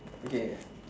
okay